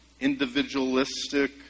individualistic